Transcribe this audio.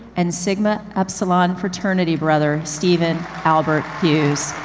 and sigma epsilon fraternity brother, steven albert hughes.